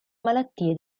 malattie